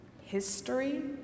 history